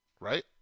Right